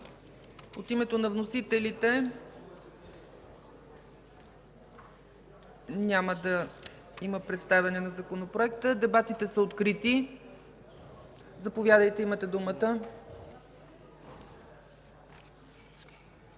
От името на вносителите? Няма да има представяне на Законопроекта. Дебатите са открити. Заповядайте, имате думата,